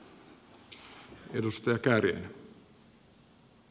herra puhemies